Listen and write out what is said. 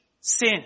sin